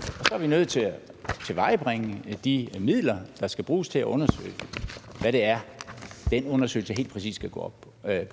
så er vi nødt til at tilvejebringe de midler, der skal bruges til at undersøge, hvad det er, den undersøgelse helt præcis skal gå